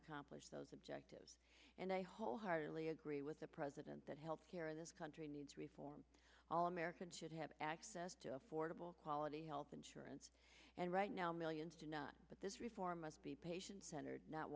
accomplish those objectives and i wholeheartedly agree with the president that health care this country needs reform all americans should have access to affordable quality health insurance and right now millions but this reform must be patient centered not